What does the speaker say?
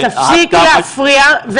תפסיק להפריע.